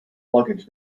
luggage